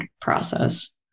process